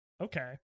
okay